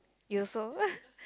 you also